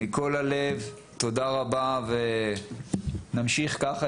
מכל הלב, תודה רבה ונמשיך ככה.